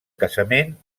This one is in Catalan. casament